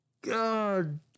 God